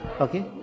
Okay